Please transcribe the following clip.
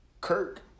Kirk